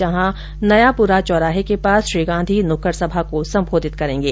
जहाँ नयापुरा चौराहे के पास श्री गांधी नुक्कड़ सभा को सम्बोधित करेंगे